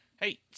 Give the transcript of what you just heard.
Hey